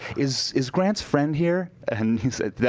is is grant's friend here? and he said,